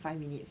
five minutes